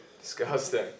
Disgusting